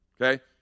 Okay